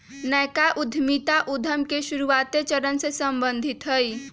नयका उद्यमिता उद्यम के शुरुआते चरण से सम्बंधित हइ